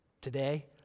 today